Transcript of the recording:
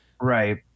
Right